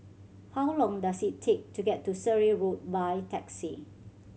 how long does it take to get to Surrey Road by taxi